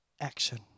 action